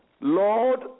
Lord